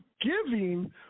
giving